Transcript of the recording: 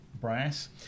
brass